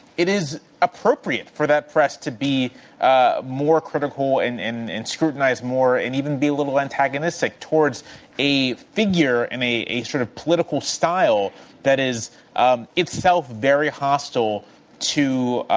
it is appropriate for that threat to be ah more critical and and scrutinized more and even be a little antagonistic towards a figure and a a sort of political style that is um itself very hostile to